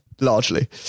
Largely